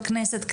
בכנסת,